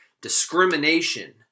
discrimination